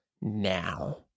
now